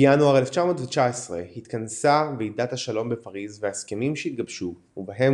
בינואר 1919 התכנסה ועידת השלום בפריז וההסכמים שהתגבשו ובהם